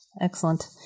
Excellent